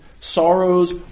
sorrows